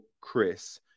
Chris